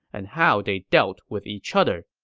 and how they dealt with each other.